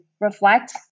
reflect